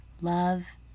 love